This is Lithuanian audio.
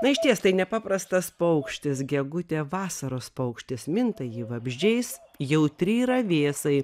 na išties tai nepaprastas paukštis gegutė vasaros paukštis minta vabzdžiais jautri yra vėsai